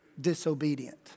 disobedient